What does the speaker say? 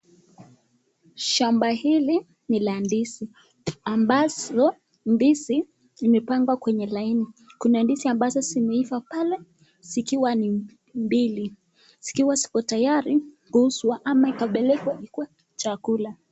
Shamba hili ni la ndizi ambazo ndizi zimepangwa kwenye laini , kuna ndizi ambazo zimeiva pale zikiwa ni mbili , zikiwa ziko tayari kuuzwa ama inapelekwa ikuwe chakula.